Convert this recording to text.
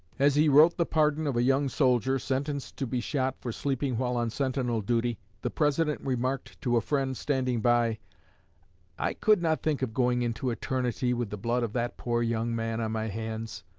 as he wrote the pardon of a young soldier, sentenced to be shot for sleeping while on sentinel duty, the president remarked to a friend standing by i could not think of going into eternity with the blood of that poor young man on my hands.